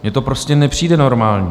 Mně to prostě nepřijde normální.